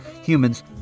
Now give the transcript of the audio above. humans